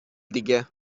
دیگه